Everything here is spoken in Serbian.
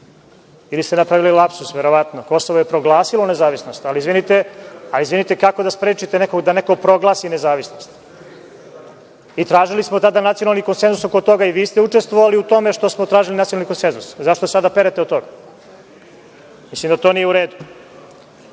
ili ste napravili lapsus verovatno? Kosovo je proglasilo nezavisnost, ali izvinite, kako da sprečite nekog da proglasi nezavisnost? I tražili smo tada nacionalni konsenzus oko toga i vi ste učestvovali u tome što smo tražili nacionalni konsenzus. Zašto se sada perete od toga? Mislim da to nije u redu. Ne